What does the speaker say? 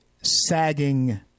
sagging